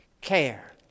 care